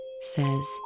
says